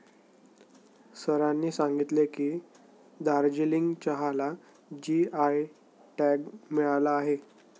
सरांनी सांगितले की, दार्जिलिंग चहाला जी.आय टॅग मिळाला आहे